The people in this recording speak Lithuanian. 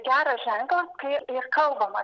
geras ženklas kai ir kalbama